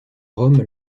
rome